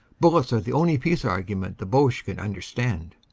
bullets are the only peace argument the boche can understand.